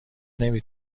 نمی